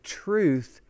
truth